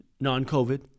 Non-COVID